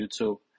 YouTube